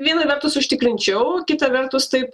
viena vertus užtikrinčiau kita vertus taip